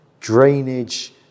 drainage